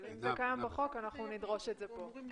אבל אם זה קיים בחוק, אנחנו נדרוש את זה כאן.